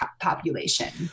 population